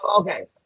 okay